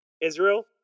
israel